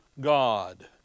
God